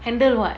handle what